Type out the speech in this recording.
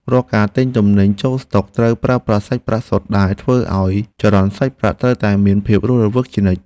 រាល់ការទិញទំនិញចូលស្តុកត្រូវប្រើប្រាស់សាច់ប្រាក់សុទ្ធដែលធ្វើឱ្យចរន្តសាច់ប្រាក់ត្រូវតែមានភាពរស់រវើកជានិច្ច។